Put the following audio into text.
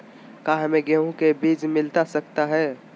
क्या हमे गेंहू के बीज मिलता सकता है?